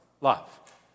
love